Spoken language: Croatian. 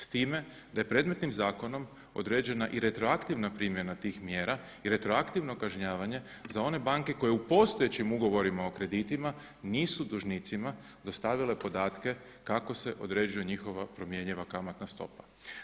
S time da je predmetnim zakonom određena i retroaktivna primjena tih mjera i retroaktivno kažnjavanje za one banke koje u postojećim ugovorima o kreditima nisu dužnicima dostavile podatke kako se određuje njihova promjenjiva kamatna stopa.